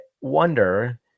wonder